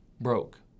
broke